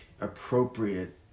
appropriate